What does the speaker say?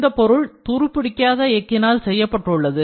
இந்த பொருள் துருப்பிடிக்காத எஃகினால் செய்யப்பட்டுள்ளது